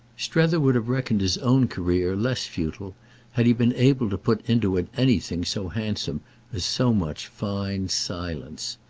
strether would have reckoned his own career less futile had he been able to put into it anything so handsome as so much fine silence.